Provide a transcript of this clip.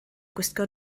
gwisgo